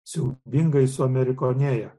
siaubingai suamerikonėję